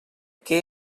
què